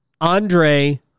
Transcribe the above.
Andre